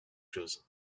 chose